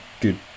good